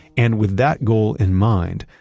and with that goal in mind,